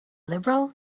liberal